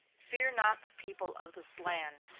fear not the people of this land,